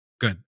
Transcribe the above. good